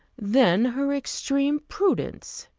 then her extreme prudence!